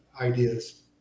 ideas